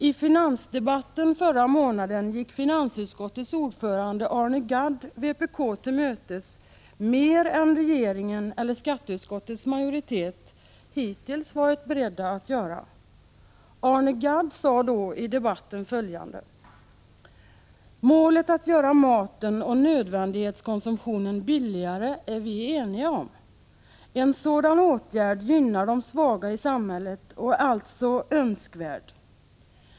I finansdebatten förra månaden gick finansutskottets ordförande Arne Gadd vpk till mötes mer än regeringen eller skatteutskottets majoritet hittills har varit beredda att göra. Arne Gadd sade i denna debatt följande: Målet att göra maten och nödvändighetskonsumtionen billigare är vi eniga om. En sådan åtgärd gynnar de svaga i samhället och är alltså önskvärd ———.